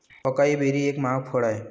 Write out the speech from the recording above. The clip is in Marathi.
अकाई बेरी एक महाग फळ आहे